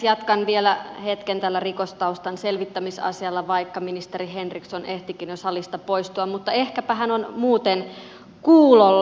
jatkan vielä hetken tällä rikostaustan selvittämisasialla vaikka ministeri henriksson ehtikin jo salista poistua mutta ehkäpä hän on muuten kuulolla